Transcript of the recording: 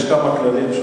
יש כמה כללים.